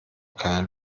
keine